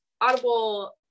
Audible